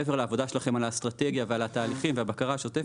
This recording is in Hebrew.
מעבר לעבודה שלכם על האסטרטגיה ועל התהליכים והבקרה השוטפת,